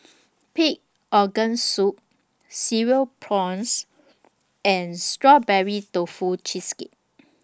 Pig Organ Soup Cereal Prawns and Strawberry Tofu Cheesecake